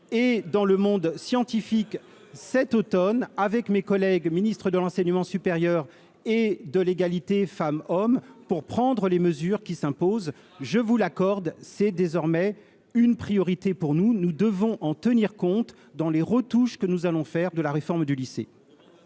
et dans le monde scientifique, cet Automne, avec mes collègues, Ministre de l'enseignement supérieur et de l'égalité femmes-hommes pour prendre les mesures qui s'imposent, je vous l'accorde, c'est désormais une priorité pour nous, nous devons en tenir compte dans les retouches que nous allons faire de la réforme du lycée.